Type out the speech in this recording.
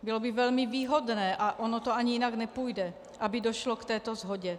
Bylo by velmi výhodné, a ono to ani jinak nepůjde, aby došlo k této shodě.